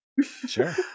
sure